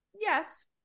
Yes